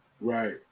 Right